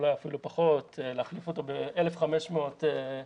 אולי אפילו פחות להחליף אותו ב-1,500 פי.וי.